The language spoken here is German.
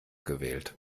gewählt